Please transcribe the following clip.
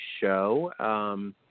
show